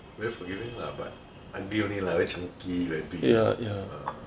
very forgiving lah but aunty only lah very chunky very big